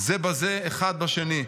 זה בזה, אחד בשני.